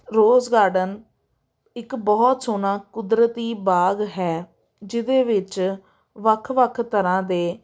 ਰੋਜ Garden ਇੱਕ ਬਹੁਤ ਸੋਹਣਾ ਕੁਦਰਤੀ ਬਾਗ ਹੈ ਜਿਹਦੇ ਵਿੱਚ ਵੱਖ ਵੱਖ ਤਰ੍ਹਾਂ ਦੇ